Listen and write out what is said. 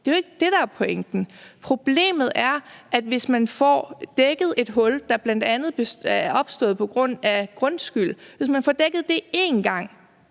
Det er jo ikke det, der er pointen. Problemet er, at hvis man får dækket et hul, der bl.a. er opstået på grund af grundskyld, én gang, kan man